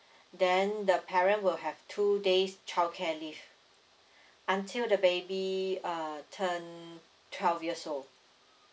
then the parent will have two days childcare leave until the baby uh turn twelve years old